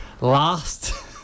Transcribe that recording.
last